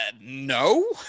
No